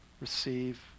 receive